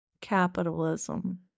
Capitalism